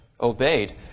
Obeyed